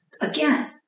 again